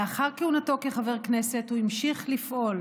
לאחר כהונתו כחבר כנסת הוא המשיך לפעול